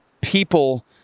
people